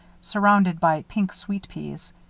surrounded by pink sweet-peas.